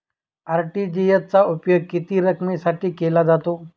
RTGS चा उपयोग किती रकमेसाठी केला जातो?